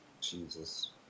Jesus